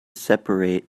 separate